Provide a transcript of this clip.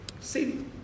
See